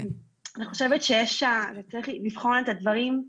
אני חושבת שצריך לבחון את הדברים,